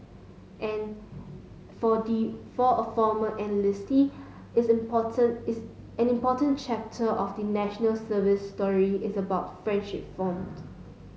and for for a former enlistee isn't important is any important chapter of the National Service story is about friendship formed